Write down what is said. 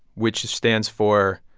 which stands for,